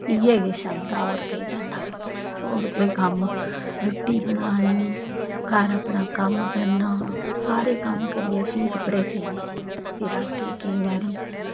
इ'यै किश आंदा होर केह् करना होर कोई कम्म रुट्टी बनानी घर अपना कम्म करना सारे कम्म करियै फ्ही कपड़े सीह्ने ते रातीं केईं बारी